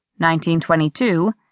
1922